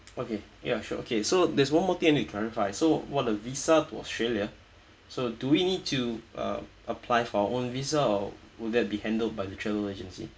okay ya sure okay so there's one more thing I need to clarify so what a visa to australia so do we need to uh apply for our own visa or would that be handled by the travel agency